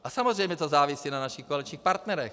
A samozřejmě to závisí na našich koaličních partnerech.